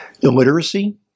illiteracy